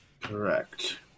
Correct